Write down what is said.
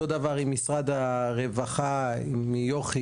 מאותו דבר עם משרד הרווחה עם יוכי,